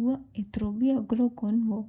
उहा हेतिरो बि अॻिरो कोन हुओ